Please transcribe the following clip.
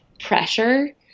pressure